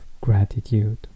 Gratitude